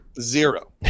Zero